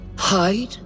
Hide